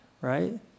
right